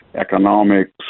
economics